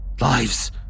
Lives